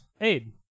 aid